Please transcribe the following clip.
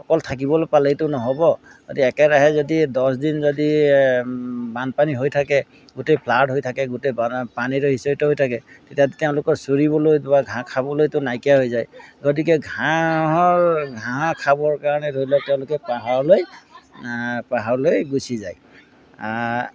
অকল থাকিবলৈ পালেইতো নহ'ব একেৰাহে যদি দহদিন যদি বানপানী হৈ থাকে গোটেই ফ্লাড হৈ থাকে গোটেই পানীৰে সিঁচৰিত হৈ থাকে তেতিয়া তেওঁলোকৰ চৰিবলৈ বা ঘাঁহ খাবলৈতো নাইকিয়া হৈ যায় গতিকে ঘাঁহৰ ঘাঁহ খাবৰ কাৰণে ধৰি লওক তেওঁলোকে পাহাৰলৈ পাহাৰলৈ গুচি যায়